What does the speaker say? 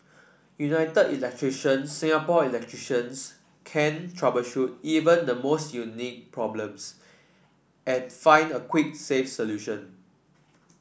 United Electrician Singapore electricians can troubleshoot even the most unique problems and find a quick safe solution